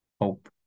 hope